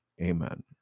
Amen